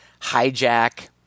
hijack